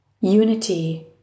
unity